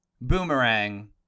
Boomerang